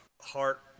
heart